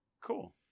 Cool